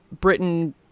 britain